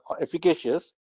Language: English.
efficacious